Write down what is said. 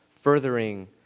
furthering